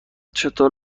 چطور